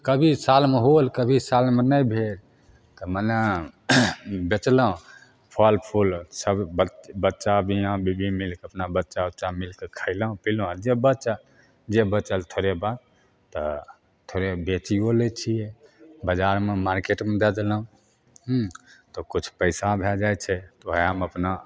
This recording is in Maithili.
आओर कभी सालमे होल आओर कभी सालमे नहि भेलके मने बेचलहुँ फल फूल सब बच बच्चा मियाँ बीबी मिलकऽ अपना बच्चा ओच्चा मिलकऽ खयलहुँ पीलहुँ आओर जे बचल जे बचल थोड़े बहुत तऽ थोड़े बेचियो लै छियै बजारमे मार्केटमे दे देलहुँ तऽ किछु पैसा भए जाइ छै तऽ ओएह हम अपना